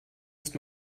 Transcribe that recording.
ist